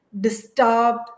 disturbed